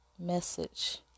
Message